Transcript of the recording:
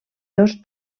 dos